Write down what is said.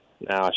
Now